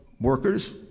workers